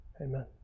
Amen